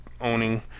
owning